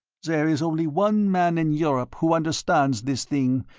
there is only one man in europe who understands this thing,